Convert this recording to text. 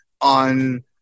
on